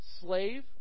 slave